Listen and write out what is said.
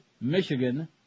Michigan